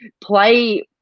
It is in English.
play